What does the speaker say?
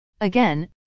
Again